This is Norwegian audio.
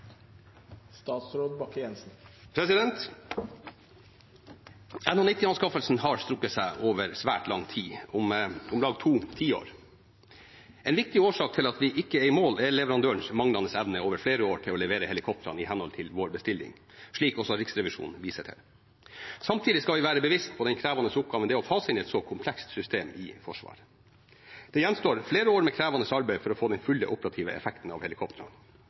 har strukket seg over svært lang tid – om lag to tiår. En viktig årsak til at vi ikke er i mål, er leverandørens manglende evne over flere år til å levere helikoptrene i henhold til vår bestilling, slik også Riksrevisjonen viser til. Samtidig skal vi være bevisst på den krevende oppgaven det er å fase inn et så komplekst system i Forsvaret. Det gjenstår flere år med krevende arbeid for å få den fulle operative effekten av